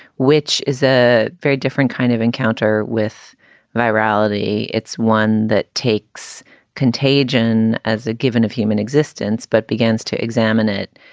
which is a very different kind of encounter with morality. it's one that takes contagion as a given of human existence, but begins to examine it,